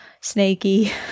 snaky